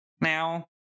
now